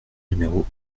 numéro